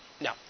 no